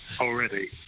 already